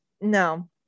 no